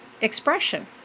expression